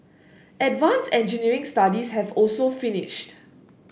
advance engineering studies have also finished